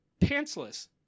pantsless